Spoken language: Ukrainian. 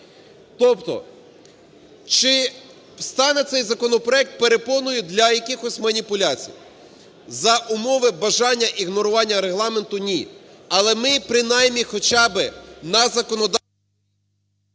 Тобто, чи стане цей законопроект перепоною для якихось маніпуляцій? За умови бажання ігнорування Регламенту – ні, але ми принаймні хоча би на законодавчому…